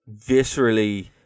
viscerally